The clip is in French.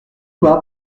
bas